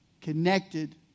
connected